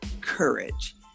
courage